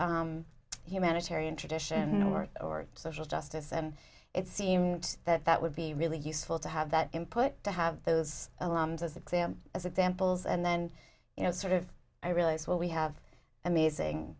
humanitarian tradition work or social justice and it seemed that that would be really useful to have that input to have those alarms as exam as examples and then you know sort of i realize what we have amazing